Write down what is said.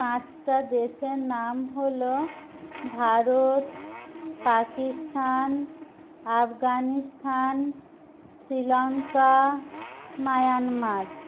পাঁচটা দেশের নাম হলো ভারত পাকিস্তান আফগানিস্তান শ্রীলঙ্কা মায়ানমার